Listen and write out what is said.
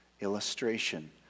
illustration